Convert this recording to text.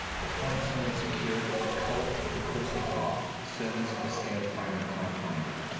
or find somewhere secure that the cult of the caustic heart, servants of the scaled tyrant, can't find it,